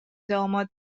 داماد